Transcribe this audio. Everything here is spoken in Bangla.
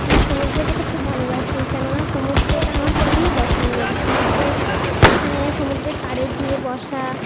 আমি সমুদ্রে যেতে খুব ভালোবাসি কেননা সমুদ্রটা আমার খুবই পছন্দের সমুদ্রে ওইখানে সমুদ্রের পাড়ে গিয়ে বসা